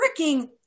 freaking